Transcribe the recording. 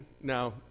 now